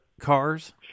cars